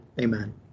Amen